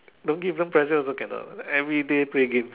don't give them pressure also cannot everyday play games